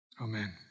Amen